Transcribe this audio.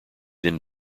then